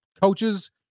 Coaches